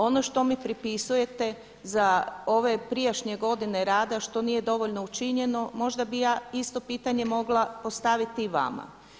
Ono što mi pripisujete za ove prijašnje godine rada što nije dovoljno učinjeno možda bih ja isto pitanje mogla postaviti vama.